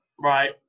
Right